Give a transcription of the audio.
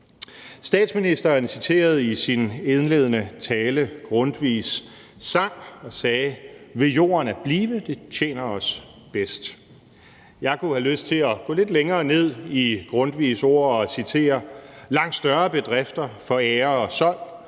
Statsministeren citerede i sin indledende tale Grundtvigs sang og sagde: »Ved jorden at blive, det tjener os bedst«. Jeg kunne have lyst til at gå lidt længere ned i Grundtvigs ord og citere: »Langt større bedrifter for ære og